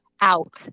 out